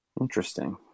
Interesting